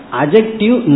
adjective